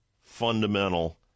fundamental